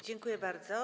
Dziękuję bardzo.